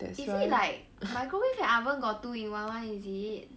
is it like microwave and oven got one two in one [one] is it